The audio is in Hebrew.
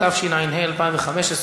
התשע"ה 2015,